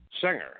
singer